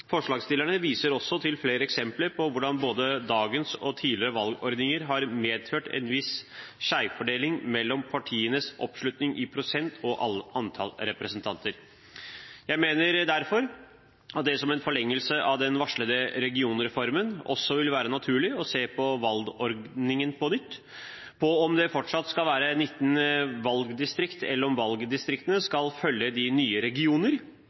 Forslagsstillerne viser til flere eksempler på hvordan både dagens og tidligere valgordninger har medført en viss skjevfordeling mellom partienes oppslutning i prosent og antall representanter. Jeg mener derfor at det som en forlengelse av den varslede regionreformen vil være naturlig å se på valgordningen på nytt, se på om det fortsatt skal være 19 valgdistrikt eller om valgdistriktene skal følge de nye